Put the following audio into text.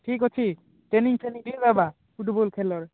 ଠିକ୍ ଅଛି ଟ୍ରେନିଙ୍ଗ୍ଫ୍ରେନିଙ୍ଗ୍ ବି ଦବା ଫୁଟବଲ୍ ଖେଳିଲା ବେଳକୁ